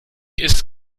ist